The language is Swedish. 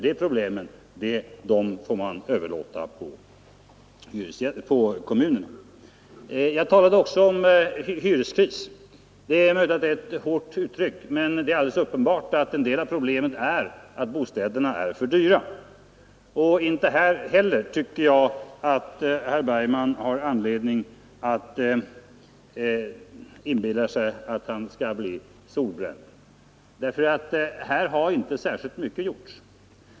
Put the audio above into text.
De problemen får kommunerna klara. Jag talade också om hyreskris. Det är möjligt att det är ett hårt uttryck, men det är uppenbart att en del av problemet är att bostäderna är för dyra. Inte här heller tycker jag att herr Bergman har anledning att inbilla sig att han skall bli särskilt solbränd: Här har inte särskilt mycket gjorts.